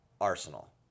Arsenal